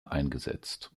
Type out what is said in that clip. eingesetzt